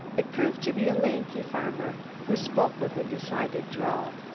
it proved to be a lanky farmer, who spoke with a decided drawl.